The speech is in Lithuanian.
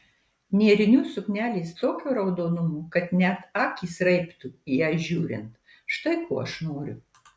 nėrinių suknelės tokio raudonumo kad net akys raibtų į ją žiūrint štai ko aš noriu